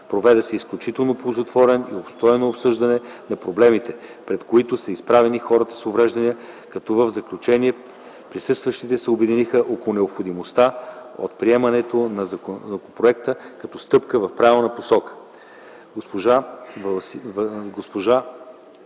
Проведе се изключително ползотворно и обстойно обсъждане на проблемите, пред които са изправени хората с увреждания, като в заключение присъстващите се обединиха около необходимостта от приемането на законопроекта като стъпка в правилната посока.